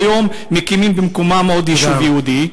והיום מקימים במקומם עוד יישוב יהודי.